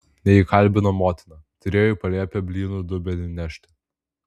neįkalbino motina turėjo į palėpę blynų dubenį nešti